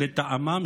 לטעמם,